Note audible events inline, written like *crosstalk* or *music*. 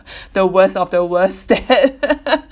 *breath* the worst of the worst *noise* *laughs*